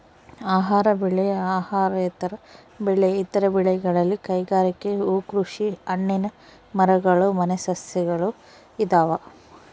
ಆಹಾರ ಬೆಳೆ ಅಹಾರೇತರ ಬೆಳೆ ಇತರ ಬೆಳೆಗಳಲ್ಲಿ ಕೈಗಾರಿಕೆ ಹೂಕೃಷಿ ಹಣ್ಣಿನ ಮರಗಳು ಮನೆ ಸಸ್ಯಗಳು ಇದಾವ